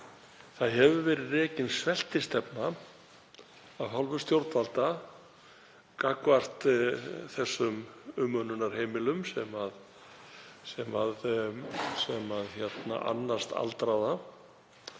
hefur verið sveltistefna af hálfu stjórnvalda gagnvart þessum umönnunarheimilum sem annast aldraða.